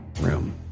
room